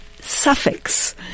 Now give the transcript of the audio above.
suffix